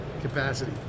capacity